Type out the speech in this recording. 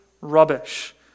rubbish